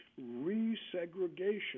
resegregation